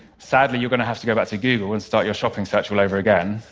sadly, you're going to have to go back to google and start your shopping search all over again,